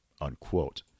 unquote